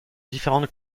différentes